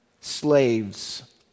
slaves